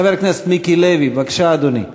חבר הכנסת מיקי לוי, בבקשה, אדוני.